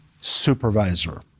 supervisor